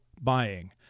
Buying